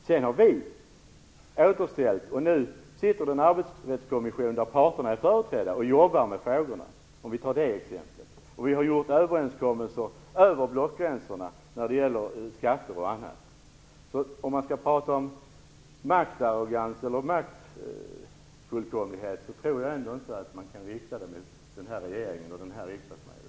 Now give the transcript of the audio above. Sedan har vi återställt, och nu jobbar Arbetsrättskommissionen, där parterna är företrädda, med de här frågorna - för att ta ett exempel. Vidare har vi träffat överenskommelser över blockgränserna bl.a. när det gäller skatter. Om vi skall tala om maktarrogans eller maktfullkomlighet tror jag att det inte kan riktas mot nuvarande regering och riksdagsmajoritet.